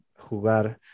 jugar